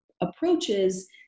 approaches